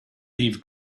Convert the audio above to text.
leave